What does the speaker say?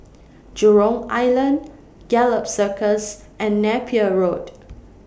Jurong Island Gallop Circus and Napier Road